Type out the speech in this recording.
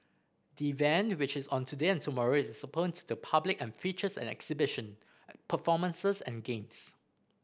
the event which is on today and tomorrow is open to the public and features an exhibition performances and games